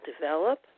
develop